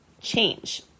change